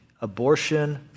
abortion